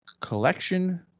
collection